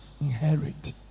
inherit